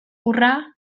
hurra